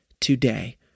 today